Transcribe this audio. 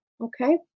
Okay